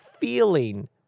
feeling